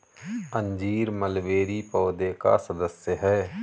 अंजीर मलबेरी पौधे का सदस्य है